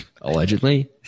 Allegedly